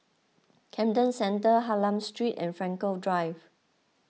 Camden Centre Hylam Street and Frankel Drive